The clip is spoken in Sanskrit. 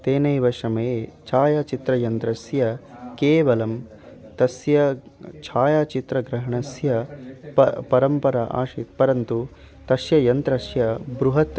तेनैव समये छायाचित्रयन्त्रस्य केवलं तस्य छायाचित्रग्रहणस्य प परम्परा आसीत् परन्तु तस्य यन्त्रस्य बृहत्